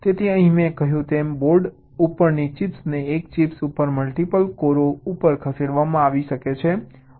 તેથી અહીં મેં કહ્યું તેમ બોર્ડ ઉપરની ચિપ્સને એક ચિપ ઉપર મલ્ટીપલ કોરો ઉપર ખસેડવામાં આવી છે